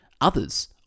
Others